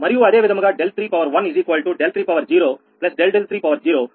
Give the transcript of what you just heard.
మరియు అదే విధముగా 𝛿3 𝛿3 ∆𝛿3 అది 0 − 3